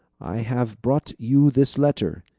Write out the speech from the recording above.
i have brought you this letter,